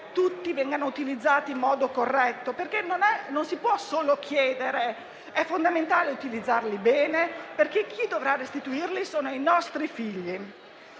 tutti vengano utilizzati in modo corretto, perché non si può solo chiedere; è fondamentale utilizzarli bene, perché coloro che dovranno restituirli sono i nostri figli.